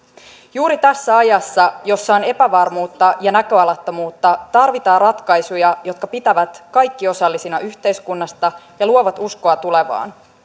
juuri tässä ajassa jossa on epävarmuutta ja näköalattomuutta tarvitaan ratkaisuja jotka pitävät kaikki osallisina yhteiskunnassa ja luovat uskoa tulevaan